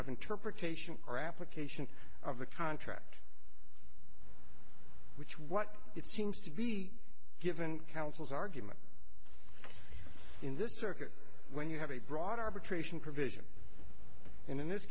of interpretation or application of the contract which what it seems to be given counsel's argument in this circuit when you have a broad arbitration provision in this